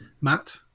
Matt